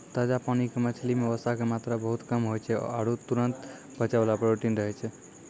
ताजा पानी के मछली मॅ वसा के मात्रा बहुत कम होय छै आरो तुरत पचै वाला प्रोटीन रहै छै